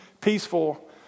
peaceful